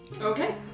Okay